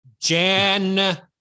Jan